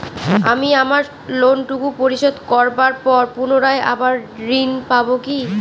আমি আমার লোন টুকু পরিশোধ করবার পর পুনরায় আবার ঋণ পাবো কি?